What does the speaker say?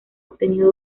obtenido